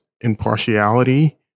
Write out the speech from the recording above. impartiality